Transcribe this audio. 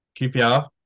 QPR